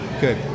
Good